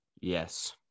Yes